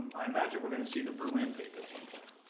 i imagine we're gonna see the berlin tape at some point.